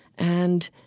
and,